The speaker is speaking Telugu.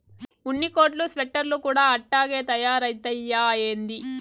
ఉన్ని కోట్లు స్వెటర్లు కూడా అట్టాగే తయారైతయ్యా ఏంది